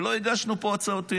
ולא הגשנו הצעות אי-אמון.